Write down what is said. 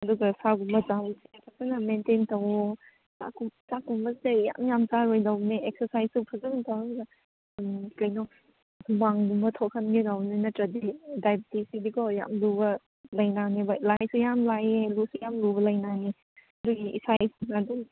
ꯑꯗꯨꯒ ꯁꯥꯒꯨꯝꯕ ꯆꯥꯕꯁꯦ ꯐꯖꯅ ꯃꯦꯟꯇꯦꯟ ꯇꯧꯑꯣ ꯆꯥꯛ ꯀꯨꯝꯕꯁꯦ ꯌꯥꯝ ꯌꯥꯝ ꯆꯥꯔꯣꯏꯗꯧꯕꯅꯤ ꯑꯦꯛꯁꯔꯁꯥꯏꯁꯁꯨ ꯐꯖꯅ ꯇꯧꯔꯒ ꯎꯝ ꯀꯩꯅꯣ ꯍꯨꯃꯥꯡꯒꯨꯝꯕ ꯊꯣꯍꯟꯒꯗꯕꯅꯤ ꯅꯠꯇ꯭ꯔꯗꯤ ꯗꯥꯏꯕꯦꯇꯤꯁ ꯁꯤꯗꯤꯀꯣ ꯌꯥꯝ ꯂꯨꯕ ꯂꯥꯏꯅꯥꯅꯦꯕ ꯂꯥꯏꯁꯨ ꯌꯥꯝ ꯂꯥꯏꯌꯦ ꯂꯨꯁꯨ ꯌꯥꯝ ꯂꯨꯕ ꯂꯥꯏꯅꯥꯅꯤ ꯑꯗꯨꯒꯤ ꯏꯁꯥ ꯏꯊꯟꯇꯥ ꯑꯗꯨꯝ